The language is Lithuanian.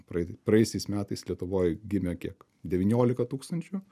praeit praėjusiais metais lietuvoj gimė kiek devyniolika tūkstančių